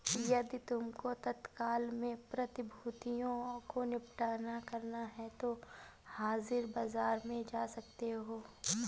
यदि तुमको तत्काल में प्रतिभूतियों को निपटान करना है तो हाजिर बाजार में जा सकते हो